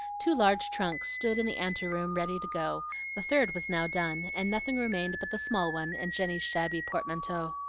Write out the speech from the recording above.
two large trunks stood in the ante-room ready to go the third was now done, and nothing remained but the small one and jenny's shabby portmanteau.